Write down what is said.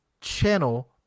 channel